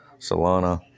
Solana